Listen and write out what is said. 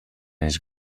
his